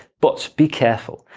but be careful,